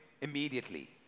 immediately